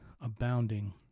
abounding